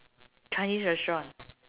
chinese restaurant